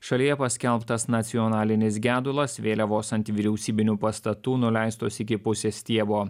šalyje paskelbtas nacionalinis gedulas vėliavos ant vyriausybinių pastatų nuleistos iki pusės stiebo